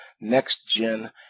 next-gen